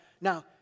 now